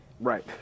right